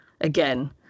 again